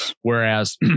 whereas